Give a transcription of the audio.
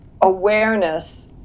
awareness